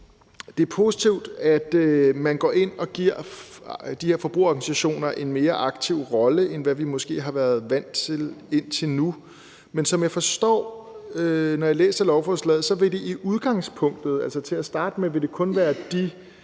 Det er positivt, at man går ind og giver de her forbrugerorganisationer en mere aktiv rolle, end vi måske har været vant til indtil nu, men som jeg forstår lovforslaget, når jeg læser det, vil det i udgangspunktet, altså til at starte med, kun være de